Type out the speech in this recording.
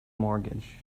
mortgage